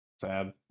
Sad